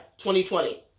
2020